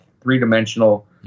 three-dimensional